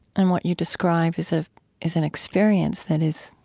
and what you describe is ah is an experience that is,